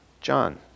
John